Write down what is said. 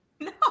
No